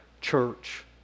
church